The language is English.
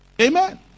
Amen